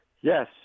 Yes